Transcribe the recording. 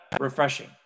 refreshing